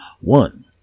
One